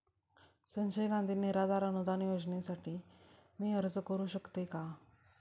संजय गांधी निराधार अनुदान योजनेसाठी मी अर्ज करू शकते का?